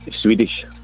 Swedish